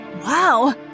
wow